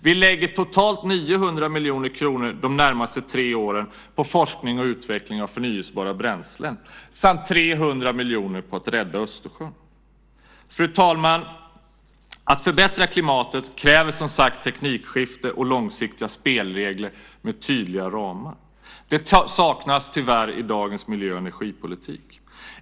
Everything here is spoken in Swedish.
Vi lägger totalt 900 miljoner kronor de närmaste tre åren på forskning om och utveckling av förnybara bränslen samt 300 miljoner på att rädda Östersjön. Fru talman! Att förbättra klimatet kräver som sagt teknikskifte och långsiktiga spelregler med tydliga ramar. Det saknas tyvärr i dagens miljö och energipolitik.